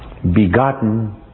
Begotten